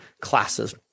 classes